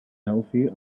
healthy